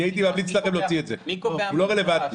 הייתי ממליץ לכם להוריד את (ז), הוא לא רלוונטי.